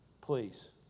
Please